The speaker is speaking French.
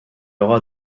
aura